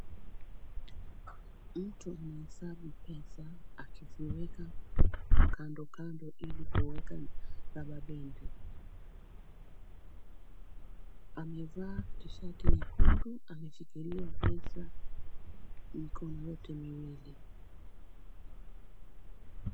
Mtu anahesabu pesa akiziweka kando kando ili kuweka raba bendi, amevaa tishati nyekundu ameshikilia pesa mikono yote miwili.